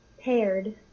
Paired